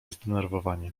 zdenerwowanie